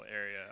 area